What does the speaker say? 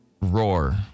Roar